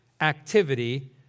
activity